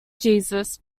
jesus